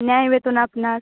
ন্যায় বেতন আপনার